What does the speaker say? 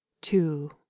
two